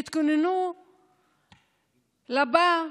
יתכוננו לבאות?